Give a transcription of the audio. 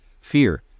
fear